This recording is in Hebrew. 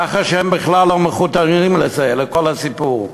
ככה שהם בכלל לא מחוברים לכל הסיפור.